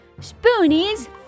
Spoonie's